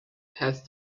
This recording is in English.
has